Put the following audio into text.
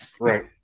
right